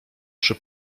przy